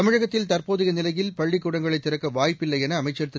தமிழகத்தில் தற்போதைய நிலையில் பள்ளிக்கூடங்களை திறக்க வாய்ப்பில்லை என அமைச்சர் திரு